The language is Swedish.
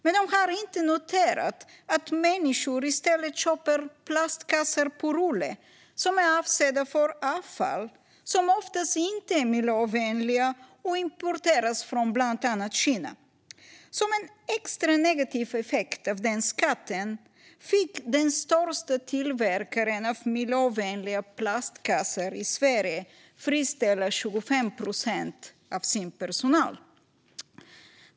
Men de har inte noterat att människor i stället köper plastkassar på rulle, som är avsedda för avfall och som oftast inte är miljövänliga och importeras från bland annat Kina. Som en extra negativ effekt av den skatten fick den största tillverkaren av miljövänliga plastkassar i Sverige friställa 25 procent av sin personal.